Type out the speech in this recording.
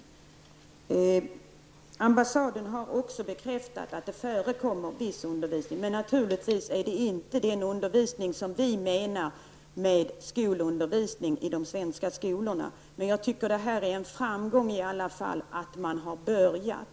Ambassaden har också bekräftat att det förekommer viss undervisning. Naturligtvis är det inte den undervisning som vi menar med undervisning i de svenska skolorna, men jag tycker att det är en framgång i alla fall att man har börjat.